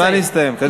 הזמן הסתיים, קדימה.